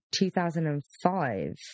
2005